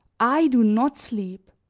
i do not sleep,